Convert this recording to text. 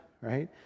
right